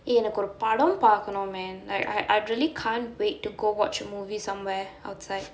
எனக்கு ஒரு படம் பாக்கணும்:enakku oru padam paakkanum man like I I really can't wait to watch a movie somewhere outside